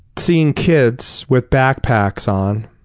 seeing kids with backpacks on